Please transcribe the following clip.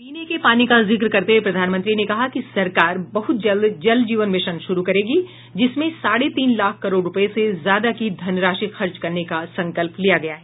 पीने के पानी का जिक्र करते हुए प्रधानमंत्री ने कहा कि सरकार बहुत जल्द जल जीवन मिशन शुरू करेगी जिसमें साढ़े तीन लाख करोड़ रुपये से ज्यादा की धनराशि खर्च करने का संकल्प लिया गया है